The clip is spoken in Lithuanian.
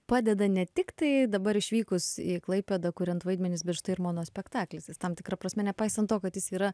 padeda ne tik tai dabar išvykus į klaipėdą kuriant vaidmenis bet štai ir monospektaklis jis tam tikra prasme nepaisant to kad jis yra